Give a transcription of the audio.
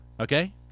Okay